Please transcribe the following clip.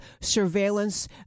surveillance